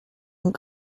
and